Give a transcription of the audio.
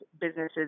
businesses